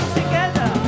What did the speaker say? together